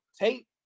Tate